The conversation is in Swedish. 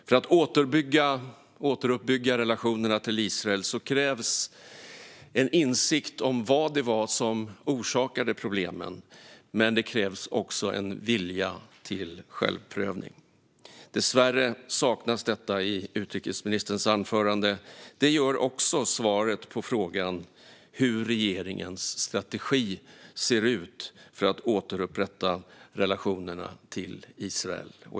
För att återuppbygga relationerna till Israel krävs det insikt om vad det var som orsakade problemen. Men det krävs också vilja till självprövning. Dessvärre saknas detta i utrikesministerns inlägg. Det gör också svaret på frågan hur regeringens strategi ser ut för att återupprätta relationerna till Israel.